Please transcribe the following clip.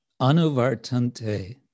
Anuvartante